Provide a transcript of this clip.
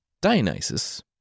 Dionysus